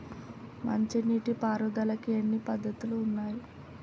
మంచి నీటి పారుదలకి ఎన్ని పద్దతులు ఉన్నాయి?